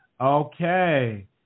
Okay